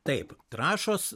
taip trąšos